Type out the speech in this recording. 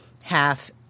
half